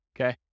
Okay